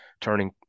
turning